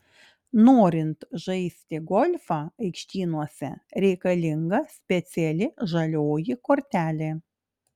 norint žaisti golfą aikštynuose reikalinga speciali žalioji kortelė